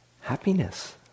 happiness